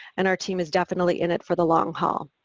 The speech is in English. and our team is definitely in it for the long haul.